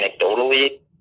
anecdotally